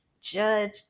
Judge